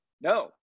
No